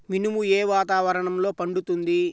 మినుము ఏ వాతావరణంలో పండుతుంది?